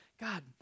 God